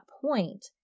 point